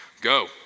go